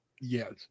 yes